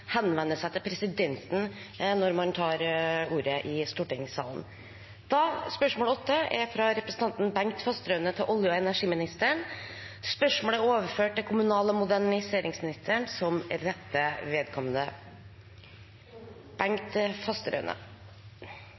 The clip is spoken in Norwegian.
henvender seg til presidenten når man tar ordet i stortingssalen. Vi går da tilbake til spørsmål 8. Dette spørsmålet, fra Bengt Fasteraune til olje- og energiministeren, er overført til kommunal- og moderniseringsministeren som rette vedkommende.